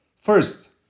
first